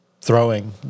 throwing